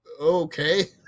okay